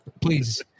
please